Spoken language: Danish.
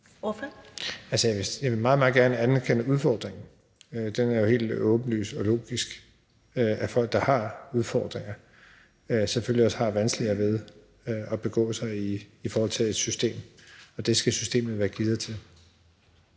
vil meget, meget gerne anerkende udfordringen. Den er jo helt åbenlys og logisk, nemlig at folk, der har udfordringer, selvfølgelig også har vanskeligere ved at begå sig i forhold til et system, og det skal systemet være gearet til.